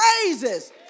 praises